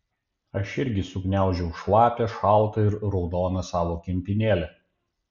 aš irgi sugniaužiau šlapią šaltą ir raudoną savo kempinėlę